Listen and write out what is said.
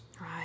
Right